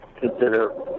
consider